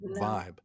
vibe